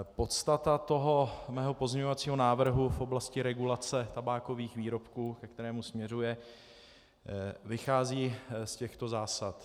Podstata mého pozměňovacího návrhu v oblasti regulace tabákových výrobků, ke kterému směřuje, vychází z těchto zásad: